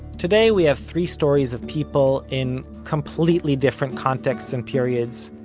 today we have three stories of people, in completely different contexts and periods,